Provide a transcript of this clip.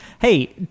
Hey